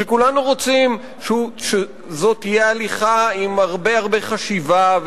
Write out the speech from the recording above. כשכולנו רוצים שזאת תהיה הליכה עם הרבה הרבה חשיבה,